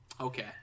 Okay